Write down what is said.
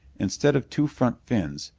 instead of two front fins,